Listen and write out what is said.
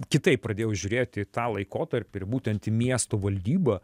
kitaip pradėjau žiūrėti į tą laikotarpį ir būtent į miesto valdybą